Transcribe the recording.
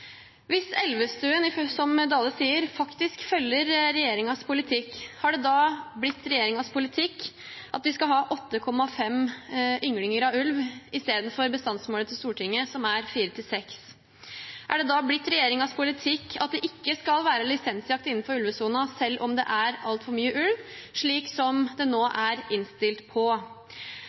Hvis Elvestuen, som Dale sier, faktisk følger regjeringens politikk, har det da blitt regjeringens politikk at en skal ha 8,5 ynglinger av ulv istedenfor bestandsmålet som Stortinget har satt, som er 4–6? Er det blitt regjeringens politikk at det ikke skal være lisensjakt innenfor ulvesonen, selv om det er altfor mye ulv, slik som det nå er innstilt på?